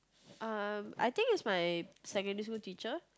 uh I think it's my secondary school teacher